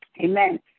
amen